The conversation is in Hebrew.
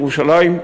ירושלים.